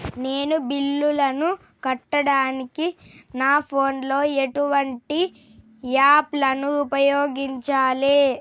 నేను బిల్లులను కట్టడానికి నా ఫోన్ లో ఎటువంటి యాప్ లను ఉపయోగించాలే?